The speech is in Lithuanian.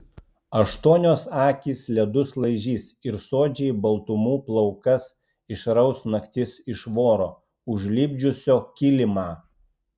aštuonios akys ledus laižys ir suodžiai baltumų plaukas išraus naktis iš voro užlipdžiusio kilimą